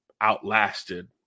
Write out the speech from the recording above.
outlasted